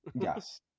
Yes